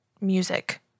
music